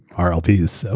our lps. ah